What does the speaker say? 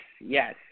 Yes